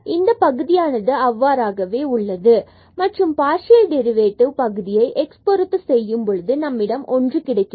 இந்த பகுதியானது அவ்வாறாகவே உள்ளது மற்றும் பார்சியல் டெரிவேட்டிவ் பகுதியைப் x பொறுத்து செய்யும்பொழுது நம்மிடம் ஒன்று கிடைக்கிறது